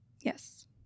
Yes